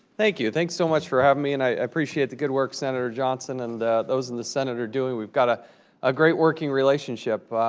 thank you. thanks so much for having me, and i appreciate the good work senator johnson and those in the senate are doing. we've got a ah great working relationship,